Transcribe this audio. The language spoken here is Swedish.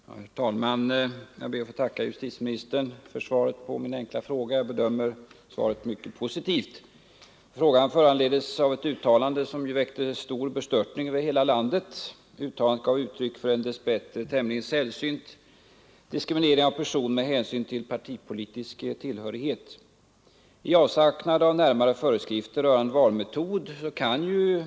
Herr talman! Jag ber att få tacka justitieministern för svaret på min enkla fråga. Jag bedömer svaret som mycket positivt. Frågan föranleddes av ett uttalande, som väckte stor bestörtning över hela landet. Uttalandet gav uttryck för en, dess bättre tämligen sällsynt, diskriminering av person med hänsyn till partipolitisk tillhörighet.